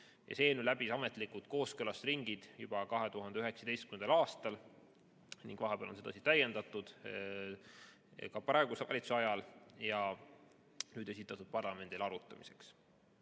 See eelnõu läbis ametlikud kooskõlastusringid juba 2019. aastal ning vahepeal on seda täiendatud, ka praeguse valitsuse ajal, ja nüüd on see esitatud parlamendile arutamiseks.